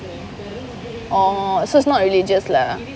orh so is not religious lah